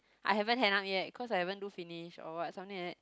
I haven't handed up yet cause I haven't do finish or what something like that